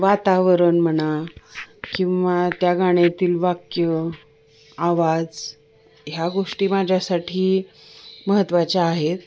वातावरण म्हणा किंवा त्या गाण्यातील वाक्य आवाज ह्या गोष्टी माझ्यासाठी महत्त्वाच्या आहेत